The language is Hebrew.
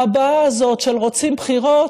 בהבעה הזאת של "רוצים בחירות?